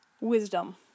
Wisdom